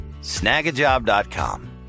snagajob.com